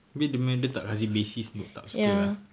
maybe dia punya dia tak kasi basis book tak suka ah